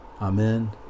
Amen